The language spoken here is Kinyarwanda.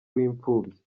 w’imfubyi